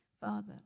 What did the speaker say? Father